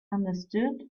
understood